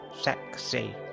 sexy